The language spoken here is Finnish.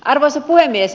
arvoisa puhemies